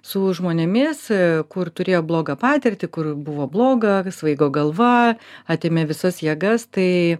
su žmonėmis kur turėjo blogą patirtį kur buvo bloga svaigo galva atėmė visas jėgas tai